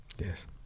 Yes